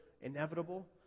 inevitable